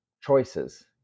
choices